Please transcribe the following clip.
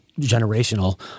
generational